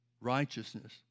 righteousness